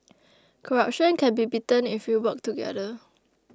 corruption can be beaten if we work together